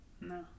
No